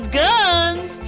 guns